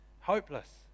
hopeless